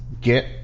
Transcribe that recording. get